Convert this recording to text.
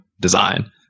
design